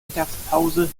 mittagspause